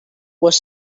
was